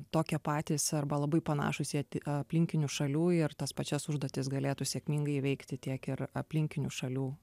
tokie patys arba labai panašūs į aplinkinių šalių ir tas pačias užduotis galėtų sėkmingai įveikti tiek ir aplinkinių šalių